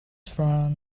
frown